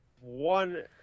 one